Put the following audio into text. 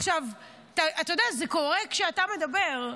עכשיו, אתה יודע, זה קורה כשאתה מדבר.